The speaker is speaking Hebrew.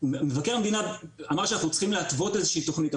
מבקר המדינה אמר שאנחנו צריכים להתוות איזושהי תוכנית.